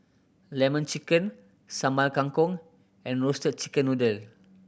Lemon Chicken Sambal Kangkong and Roasted Chicken Noodle